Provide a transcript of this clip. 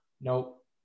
Nope